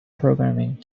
programming